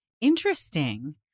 Interesting